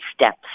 steps